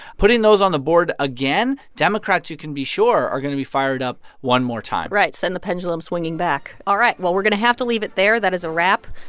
putting those on the board again democrats, you can be sure, are going to be fired up one more time right. send the pendulum swinging back. all right. well, we're going to have to leave it there. that is a wrap.